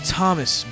Thomas